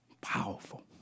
powerful